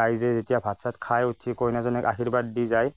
ৰাইজে যেতিয়া ভাত চাত খাই উঠি কইনাজনীক আৰ্শীবাদ দি যায়